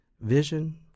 vision